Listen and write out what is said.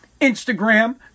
Instagram